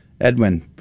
Edwin